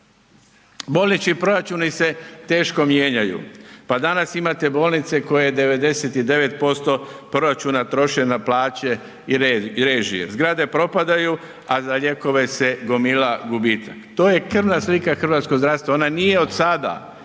Bolnički proračuni se teško mijenjaju, pa danas imate bolnice koje 99% proračuna troše na plaće i režije, zgrade propadaju, a za lijekove se gomila gubitak. To je krvna slika hrvatskog zdravstva, ona nije od sada